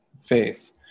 faith